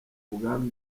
ubwami